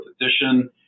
edition